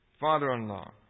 father-in-law